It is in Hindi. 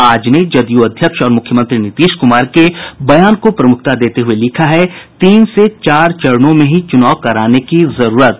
आज ने जदयू अध्यक्ष और मुख्यमंत्री नीतीश कुमार के बयान को प्रमुखता देते हुये लिखा है तीन से चार चरणों में ही चुनाव कराने की जरूरत